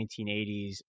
1980s